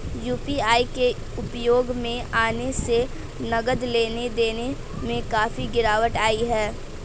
UPI के उपयोग में आने से नगद लेन देन में काफी गिरावट आई हैं